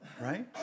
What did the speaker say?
right